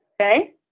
okay